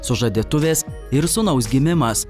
sužadėtuvės ir sūnaus gimimas